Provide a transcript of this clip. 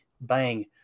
bang